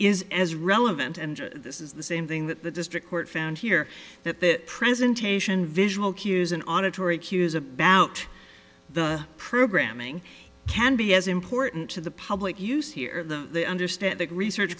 is as relevant and this is the same thing that the district court found here that the presentation visual cues and auditory cues about the programming can be as important to the public use here the understand that research